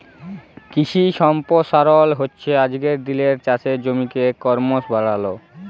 কিশি সম্পরসারল হচ্যে আজকের দিলের চাষের জমিকে করমশ বাড়াল